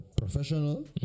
professional